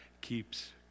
keeps